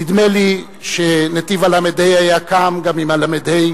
נדמה לי שנתיב-הל"ה היה קם גם אם הל"ה